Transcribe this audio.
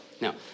Now